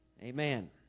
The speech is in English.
Amen